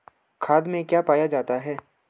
खाद में क्या पाया जाता है?